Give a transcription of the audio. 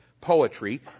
poetry